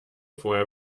vorher